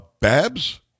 Babs